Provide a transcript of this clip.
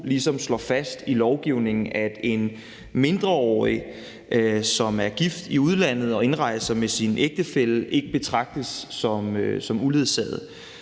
ligesom slår fast i lovgivningen, at en mindreårig, som er gift i udlandet og indrejser med sin ægtefælle, ikke betragtes som uledsaget.